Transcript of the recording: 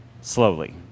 slowly